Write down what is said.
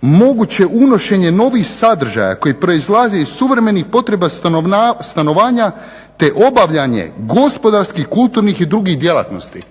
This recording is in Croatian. moguće unošenje novih sadržaja koji proizlaze iz suvremenih potreba stanovanja te obavljanje gospodarskih, kulturnih i drugih djelatnosti.